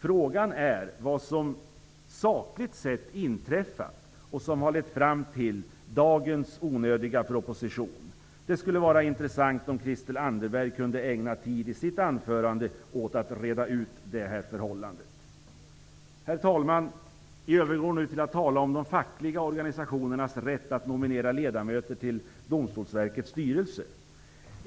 Frågan är vad det är som sakligt sett har inträffat, och som lett fram till dagens onödiga proposition. Det skulle vara intressant om Christel Anderberg kunde ägna tid i sitt anförande åt att reda ut det förhållandet. Herr talman! Jag övergår nu till att tala om de fackliga organisationernas rätt att nominera ledamöter till Domstolsverkets styrelse.